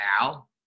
now